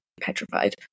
petrified